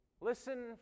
listen